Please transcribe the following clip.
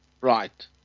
Right